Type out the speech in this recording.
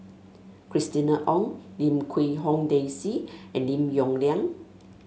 Christina Ong Lim Quee Hong Daisy and Lim Yong Liang